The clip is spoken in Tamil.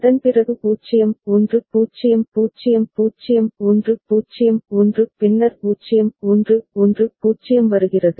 அதன்பிறகு 0 1 0 0 0 1 0 1 பின்னர் 0 1 1 0 வருகிறது